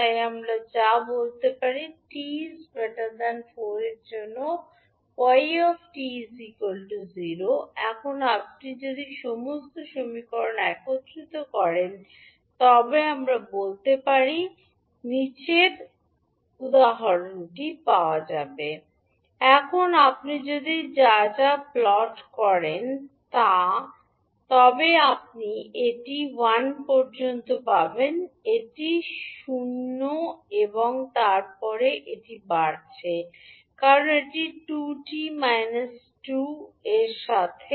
তাই আমরা যা বলতে পারি 𝑡 4 এর জন্য 𝑦 𝑡 0 এখন আপনি যদি সমস্ত সমীকরণ একত্রিত করেন তবে আমরা বলতে পারি যে সমঝোতা এখন আপনি যদি যা যা যা প্লট করেন তবে আপনি এটি 1 পর্যন্ত পাবেন এটি 0 এবং তারপরে এটি বাড়ছে কারণ এটি 2𝑡 2 হয়